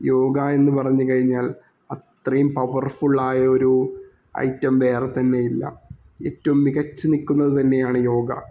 യോഗ എന്ന് പറഞ്ഞ് കഴിഞ്ഞാൽ അത്രയും പവർ ഫുള്ളയൊരു ഐറ്റം വേറെ തന്നെയില്ല ഏറ്റോം മികച്ച് നിൽക്കുന്നത് തന്നെയാണ് യോഗ